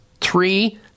three